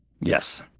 yes